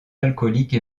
alcoolique